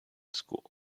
school